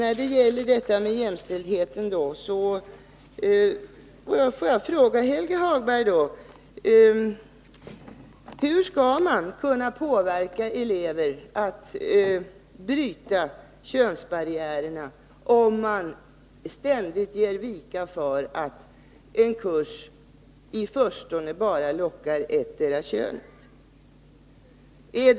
Beträffande jämställdhet får jag fråga Helge Hagberg: Hur skall man kunna påverka eleverna att bryta könsbarriärerna om man ständigt ger vika för att en kurs i förstone bara lockar ettdera könet?